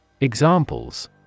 Examples